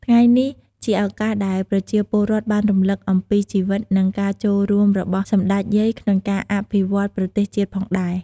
ថ្ងៃនេះជាឱកាសដែលប្រជាពលរដ្ឋបានរំលឹកអំពីជីវិត និងការចូលរួមរបស់សម្តេចយាយក្នុងការអភិវឌ្ឍប្រទេសជាតិផងដែរ។